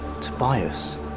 Tobias